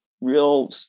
real